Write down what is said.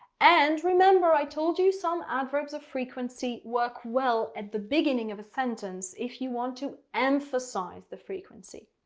and remember i told you some adverbs of frequency work well at the beginning of a sentence if you want to emphasize the frequency,